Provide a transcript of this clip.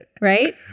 right